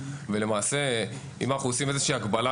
אם אנחנו עושים איזו שהיא הקבלה,